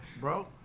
bro